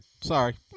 sorry